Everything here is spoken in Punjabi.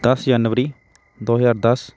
ਦਸ ਜਨਵਰੀ ਦੋ ਹਜ਼ਾਰ ਦਸ